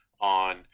on